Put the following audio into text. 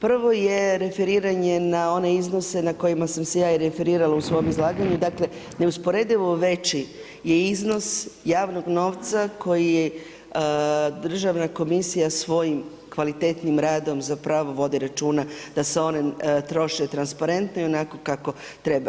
Prvo je referiranje na one iznose na kojima sam se ja i referirala u svom izlaganju dakle neusporedivo veći je iznos javnog novca koji državna komisija svojim kvalitetnim radom vodi računa da se one troše transparentno i onako kako treba.